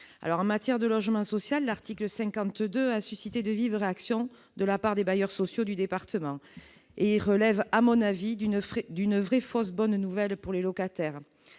alors en matière de logement social article 52 a suscité de vives réactions de la part des bailleurs sociaux du département, et relève à mon avis d'une d'une vraie fausse bonne nouvelle pour les locataires,